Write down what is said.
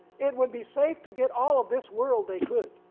it would be safe to get all of this world they could.